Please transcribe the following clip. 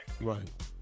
Right